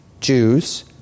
Jews